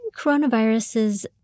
coronaviruses